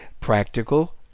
practical